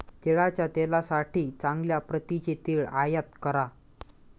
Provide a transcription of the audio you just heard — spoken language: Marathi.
तिळाच्या तेलासाठी चांगल्या प्रतीचे तीळ आयात करा